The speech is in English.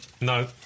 No